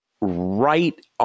right